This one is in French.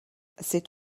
c’est